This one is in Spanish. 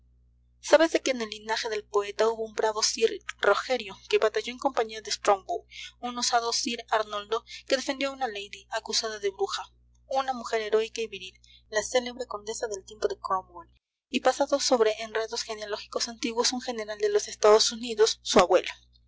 sábese que en el linaje del poeta hubo un bravo sir rogerio que batalló en compañía de strongbow un osado sir arnoldo que defendió a una lady acusada de bruja una mujer heroica y viril la célebre condesa del tiempo de cromwell y pasado sobre enredos genealógicos antiguos un general de los estados unidos su abuelo